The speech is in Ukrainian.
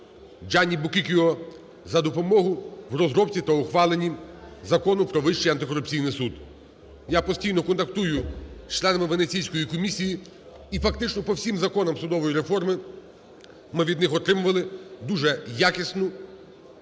ДжанніБуккікіо за допомогу в розробці та ухваленні Закону "Про Вищий антикорупційний суд". Я постійно контактую з членами Венеційської комісії і фактично по всім законам судової реформи ми від них отримували дуже якісну